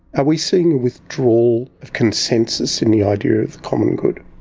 are we seeing withdrawal of consensus in the idea of the common good?